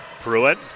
Pruitt